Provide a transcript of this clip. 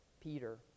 Peter